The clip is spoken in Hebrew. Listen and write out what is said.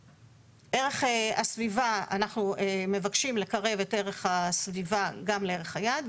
ערך הסביבה: אנחנו מבקשים לקרב את ערך הסביבה גם לערך היעד,